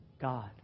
God